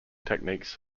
techniques